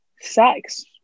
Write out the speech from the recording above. sex